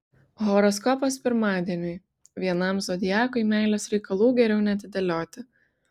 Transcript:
horoskopas pirmadieniui vienam zodiakui meilės reikalų geriau neatidėlioti